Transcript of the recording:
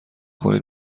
کنید